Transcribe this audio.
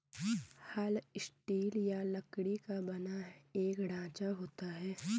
हल स्टील या लकड़ी का बना एक ढांचा होता है